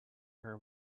her